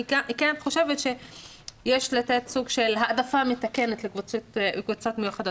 אני כן חושבת שיש לתת סוג של העדפה מתקנת לקבוצות מיוחדות.